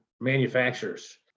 manufacturers